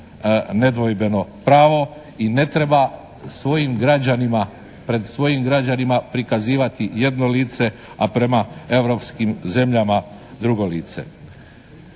nedvojbeno pravo. I ne treba svojim građanima, pred svojim građanima prikazivati jedno lice, a prema europskim zemljama drugo lice.